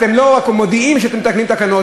אתם רק מודיעים שאתם מתקנים תקנות,